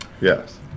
Yes